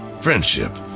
friendship